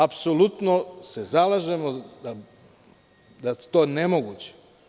Apsolutno se zalažemo da je to nemoguće.